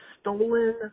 stolen